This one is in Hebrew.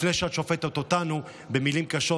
לפני שאת שופטת אותנו במילים קשות,